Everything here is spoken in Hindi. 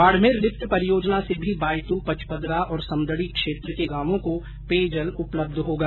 बाड़मेर लिफ्ट परियोजना से भी बायतू पचपदरा और समदड़ी क्षेत्र के गांवों को पेयजल उपलब्ध होगा